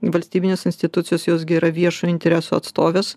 valstybinės institucijos jos gi yra viešojo intereso atstovės